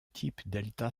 type